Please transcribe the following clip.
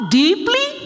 deeply